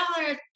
dollars